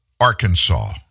Arkansas